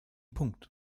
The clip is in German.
punkt